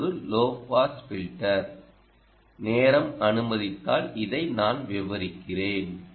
இது ஒரு low pass filter நேரம் அனுமதித்தால் இதை நான் விவரிக்கிறேன்